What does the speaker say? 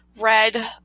red